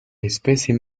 especie